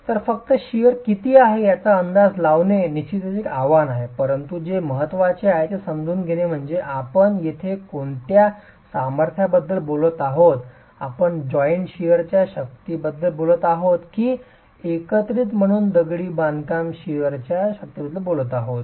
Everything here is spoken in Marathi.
तर फक्त शिअर किती आहे याचा अंदाज लावणे निश्चितच एक आव्हान आहे परंतु जे महत्वाचे आहे ते समजून घेणे म्हणजे आपण येथे कोणत्या सामर्थ्याबद्दल बोलत आहोत आपण जॉइंट शिअर च्या शक्तीबद्दल बोलत आहोत की आपण एकत्रित म्हणून दगडी बांधकाम शिअरण्याच्या शक्तीबद्दल बोलत आहोत